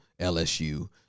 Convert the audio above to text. LSU